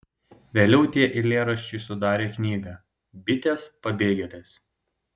vėliau tie eilėraščiai sudarė knygą bitės pabėgėlės